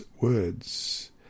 words